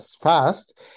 fast